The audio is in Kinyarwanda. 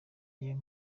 niyo